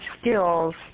skills